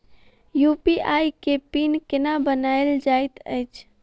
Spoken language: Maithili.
यु.पी.आई केँ पिन केना बनायल जाइत अछि